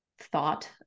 thought